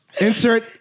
Insert